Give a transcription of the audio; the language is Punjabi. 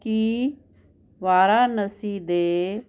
ਕਿ ਵਾਰਾਨਸੀ ਦੇ